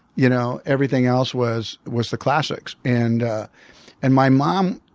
you know everything else was was the classics. and ah and my mom,